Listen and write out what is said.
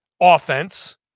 offense